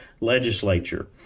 legislature